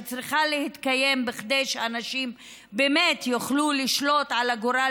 שצריכה להתקיים כדי שאנשים יוכלו לשלוט על הגורל